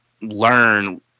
learn